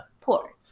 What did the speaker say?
Poor